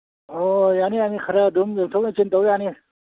ꯑꯣ ꯌꯥꯅꯤ ꯌꯥꯅꯤ ꯈꯔ ꯑꯗꯨꯝ ꯌꯦꯡꯊꯣꯛ ꯌꯦꯡꯁꯤꯟ ꯇꯧ ꯌꯥꯅꯤ